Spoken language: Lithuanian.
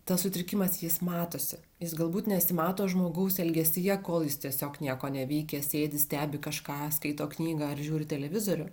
tas sutrikimas jis matosi jis galbūt nesimato žmogaus elgesyje kol jis tiesiog nieko neveikia sėdi stebi kažką skaito knygą ar žiūri televizorių